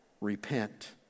Repent